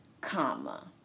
comma